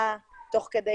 תוך כדי